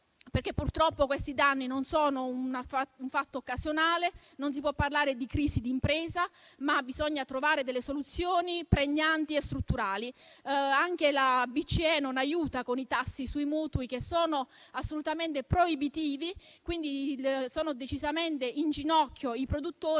perché purtroppo questi danni non sono un fatto occasionale, non si può parlare di crisi di impresa, ma bisogna trovare delle soluzioni pregnanti e strutturali. Anche la Banca centrale europea non aiuta, con i tassi sui mutui che sono assolutamente proibitivi e che mettono in ginocchio i produttori